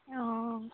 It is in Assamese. অঁ